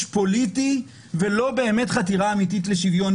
פוליטי ולא באמת חתירה אמיתית לשוויון,